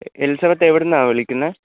A Elizabeth എവിടുന്നാണ് വിളിക്കുന്നത്